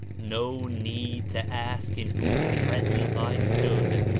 no need to ask in whose pres ence i stood,